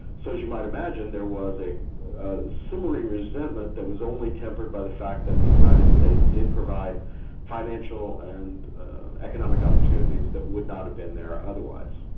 so as you might imagine, there was a simmering resentment that was only tempered by the fact that the united states did provide financial and economic opportunities that would not have been there otherwise.